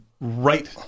right